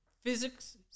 physics